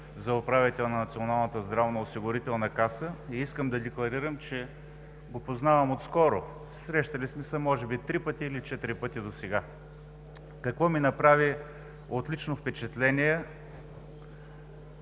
за управител на Националната здравноосигурителна каса и искам да декларирам, че го познавам отскоро, срещали сме се може би три или четири пъти досега. Какво ми направи отлично впечатление?